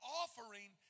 offering